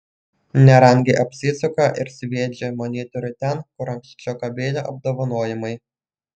nerangiai apsisuka ir sviedžią monitorių ten kur anksčiau kabėjo apdovanojimai